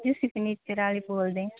ਜੀ ਅਸੀਂ ਫਰਨੀਚਰ ਵਾਲੇ ਬੋਲਦੇ ਹਾਂ